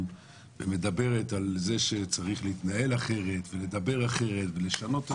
ומדברת על זה שצריך להתנהל אחרת ולדבר אחרת ולשנות,